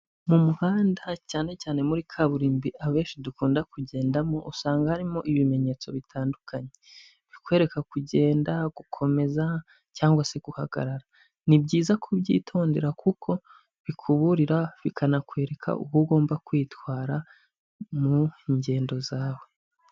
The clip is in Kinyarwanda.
Mu muhanda cyane cyane muri kaburimbo abenshi dukunda kugendamo, usanga harimo ibimenyetso bitandukanye bikwereka kugenda ,gukomeza ,cyangwa se guhagarara. Ni byiza kubyitondera kuko bikuburira bikanakwereka uko ugomba kwitwara mu ngendo zawe.